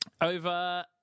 Over